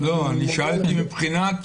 מבחינת